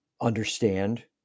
understand